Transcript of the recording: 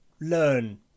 learn